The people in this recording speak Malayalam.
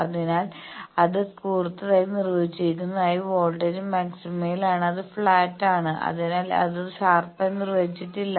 അതിനാൽ അത് കുർത്തതായി നിർവചിച്ചിരിക്കുന്നതിനാൽ വോൾട്ടേജ് മാക്സിമയിലാണ് അത് ഫ്ലാറ്റാണ് അതിനാൽ അത് ഷാർപ്പായി നിർവചിച്ചിട്ടില്ല